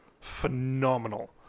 phenomenal